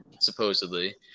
supposedly